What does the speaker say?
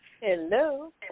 Hello